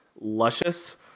Luscious